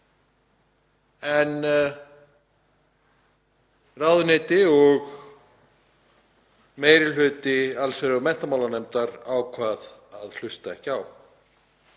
en ráðuneyti og meiri hluti allsherjar- og menntamálanefndar ákvað að hlusta ekki á.